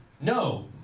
no